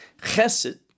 Chesed